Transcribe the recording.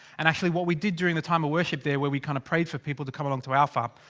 and actually, what we did during the time of worship there, where we kinda prayed. for people to come along to alpha.